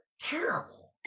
Terrible